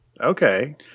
Okay